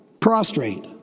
prostrate